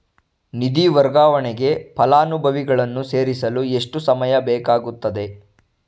ನಿಧಿ ವರ್ಗಾವಣೆಗೆ ಫಲಾನುಭವಿಗಳನ್ನು ಸೇರಿಸಲು ಎಷ್ಟು ಸಮಯ ಬೇಕಾಗುತ್ತದೆ?